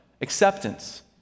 acceptance